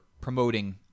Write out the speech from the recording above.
promoting